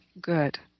good